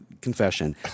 confession